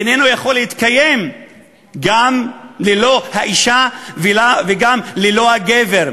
הוא איננו יכול להתקיים גם ללא האישה וגם ללא הגבר.